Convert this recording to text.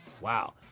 Wow